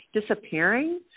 disappearing